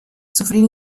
sufrir